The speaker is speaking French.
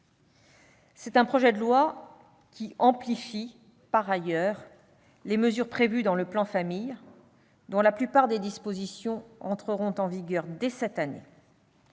ce projet de loi amplifie les mesures prévues dans le plan Famille, dont la plupart des dispositions entreront en vigueur dès cette année.